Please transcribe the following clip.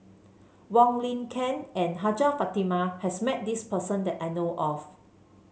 Wong Lin Ken and Hajjah Fatimah has met this person that I know of